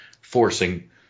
forcing